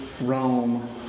Rome